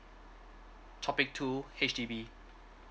topic two H_D_B